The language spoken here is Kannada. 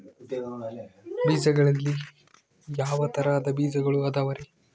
ಬೇಜಗಳಲ್ಲಿ ಯಾವ ತರಹದ ಬೇಜಗಳು ಅದವರಿ?